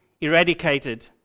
eradicated